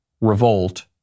revolt